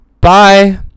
bye